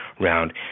round